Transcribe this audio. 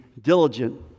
diligent